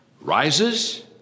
rises